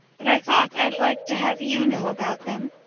but i thought i'd like to have you know about them.